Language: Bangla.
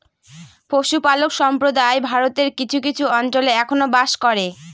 পশুপালক সম্প্রদায় ভারতের কিছু কিছু অঞ্চলে এখনো বাস করে